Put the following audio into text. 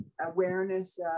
awareness